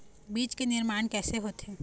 बीज के निर्माण कैसे होथे?